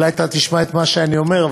אולי אתה תשמע את מה שאני אומר,